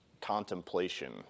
contemplation